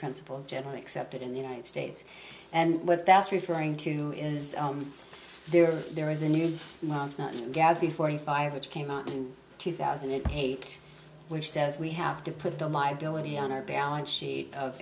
principles generally accepted in the united states and what that's referring to is there there is a new gadsby forty five which came out in two thousand and eight which says we have to put the liability on our balance sheet